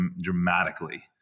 dramatically